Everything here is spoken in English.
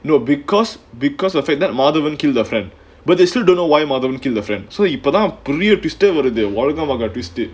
no because because of madhavan killed the friend but they still don't know why mother and kill the friend so இப்பதான் பெரிய:ippathaan periya twist வருது ஒலக மகா:varuthu olaga magaa twist uh